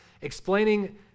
Explaining